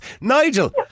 Nigel